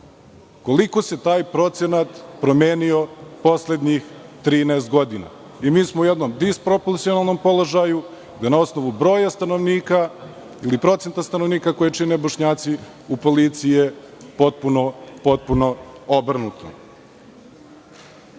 koliko se taj procenat promenio poslednjih 13 godina. Mi smo na jednom dispropocionalnom položaju, gde na osnovu broja stanovnika ili procenta stanovnika, koji čine Bošnjaci, u policiji je potpuno obrnuto. Kada